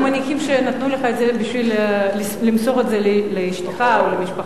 אנחנו מניחים שנתנו לך את זה בשביל למסור את זה לאשתך או למשפחה.